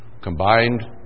Combined